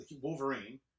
Wolverine